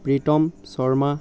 Pritam Sharma